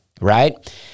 right